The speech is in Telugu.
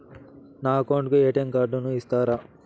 నా అకౌంట్ కు ఎ.టి.ఎం కార్డును ఇస్తారా